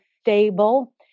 stable